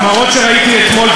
המראות שראיתי אתמול,